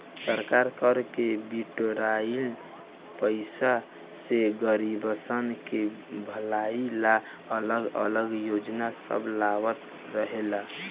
सरकार कर से बिटोराइल पईसा से गरीबसन के भलाई ला अलग अलग योजना सब लगावत रहेला